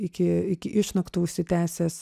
iki iki išnaktų užsitęsęs